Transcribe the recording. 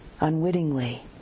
unwittingly